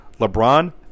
LeBron